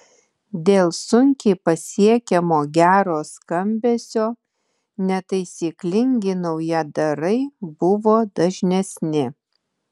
dėl sunkiai pasiekiamo gero skambesio netaisyklingi naujadarai buvo dažnesni